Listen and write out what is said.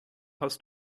hast